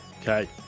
Okay